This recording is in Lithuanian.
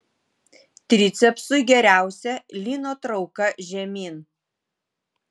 tricepsui geriausia lyno trauka žemyn